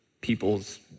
people's